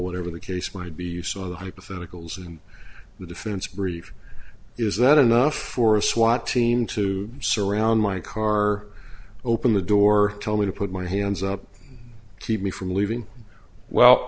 whatever the case would be you saw the hypotheticals and the defense brief is that enough for a swat team to surround my car open the door tell me to put my hands up keep me from leaving well